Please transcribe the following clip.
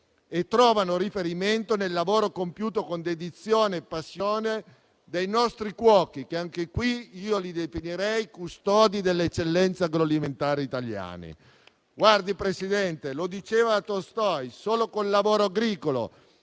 e trovano riferimento nel lavoro compiuto con dedizione e passione dai nostri cuochi, che anche qui definirei i custodi dell'eccellenza agroalimentare italiani. Signora Presidente, lo diceva Tolstoj: solo col lavoro agricolo